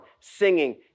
singing